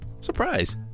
surprise